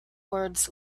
words